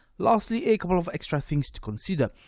lastly a couple of extra things to consider.